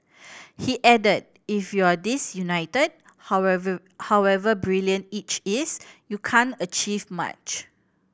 he added If you're disunited however however brilliant each is you can't achieve much